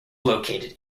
located